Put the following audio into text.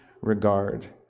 regard